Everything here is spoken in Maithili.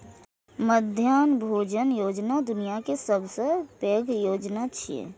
मध्याह्न भोजन योजना दुनिया के सबसं पैघ योजना छियै